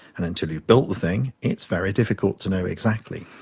and until you've built the thing, it's very difficult to know exactly.